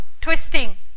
Twisting